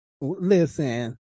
Listen